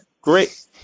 great